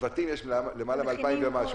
צוותים יש למעלה מ-2,000 ומשהו.